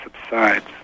subsides